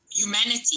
Humanity